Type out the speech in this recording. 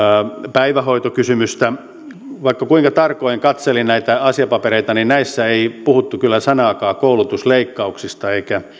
päivähoitokysymystä vaikka kuinka tarkoin katselin näitä asiapapereita niin näissä ei puhuttu kyllä sanaakaan koulutusleikkauksista